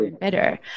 better